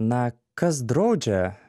na kas draudžia